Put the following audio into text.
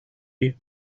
you